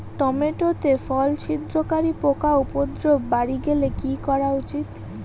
Tomato তে ফল ছিদ্রকারী পোকা উপদ্রব বাড়ি গেলে কি করা উচিৎ?